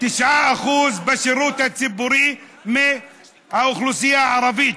9% בשירות הציבורי מהאוכלוסייה הערבית,